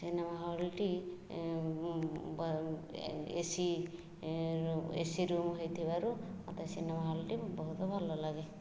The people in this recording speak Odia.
ସିନେମା ହଲ୍ଟି ଏ ସି ରୁମ୍ ହେଇଥିବାରୁ ମୋତେ ସିନେମା ହଲ୍ଟି ବହୁତ ଭଲଲାଗେ